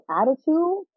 attitude